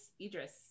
idris